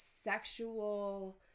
sexual